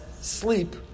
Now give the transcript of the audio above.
sleep